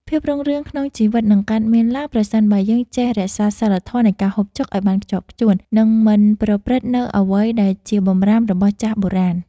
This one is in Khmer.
ភាពរុងរឿងក្នុងជីវិតនឹងកើតមានឡើងប្រសិនបើយើងចេះរក្សាសីលធម៌នៃការហូបចុកឱ្យបានខ្ជាប់ខ្ជួន និង មិនប្រព្រឹត្តនូវអ្វីដែលជាបម្រាមរបស់ចាស់បុរាណ។